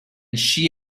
she